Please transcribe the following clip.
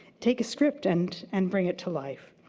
take a script and and bring it to life.